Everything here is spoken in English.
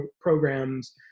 programs